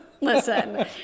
Listen